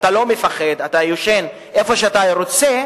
אתה לא מפחד, אתה ישן איפה שאתה רוצה,